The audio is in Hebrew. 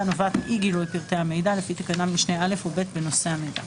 הנובעת מאי גילוי פרטי המידע לפי תקנת משנה (א) או (ב) בנושא המידע.